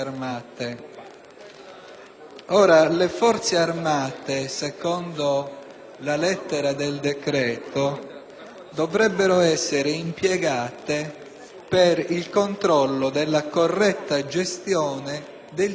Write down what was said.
armate. Le Forze armate, secondo la lettera del decreto, dovrebbero essere impiegate per il controllo della corretta gestione del ciclo dei rifiuti.